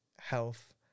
health